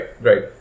right